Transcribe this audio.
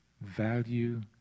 value